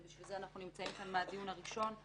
ובשביל זה אנחנו נמצאים כאן מהדיון הראשון.